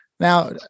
Now